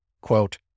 quote